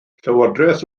llywodraeth